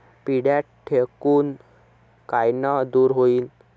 पिढ्या ढेकूण कायनं दूर होईन?